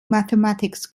mathematics